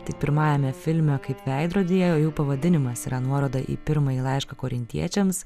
tik pirmajame filme kaip veidrodyje jų pavadinimas yra nuoroda į pirmąjį laišką korintiečiams